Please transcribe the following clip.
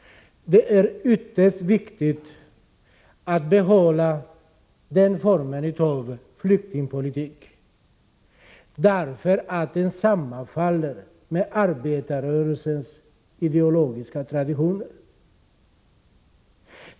Det är ytterst viktigt att behålla denna form av flyktingpolitik, därför att den sammanfaller med arbetarrörelsens ideologiska traditioner.